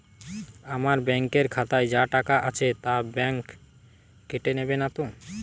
আমার ব্যাঙ্ক এর খাতায় যা টাকা আছে তা বাংক কেটে নেবে নাতো?